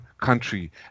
country